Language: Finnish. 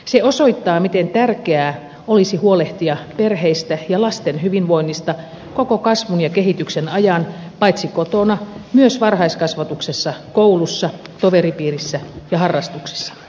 se osoittaa miten tärkeää olisi huolehtia perheistä ja lasten hyvinvoinnista koko kasvun ja kehityksen ajan paitsi kotona myös varhaiskasvatuksessa koulussa toveripiirissä ja harrastuksissa